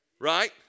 right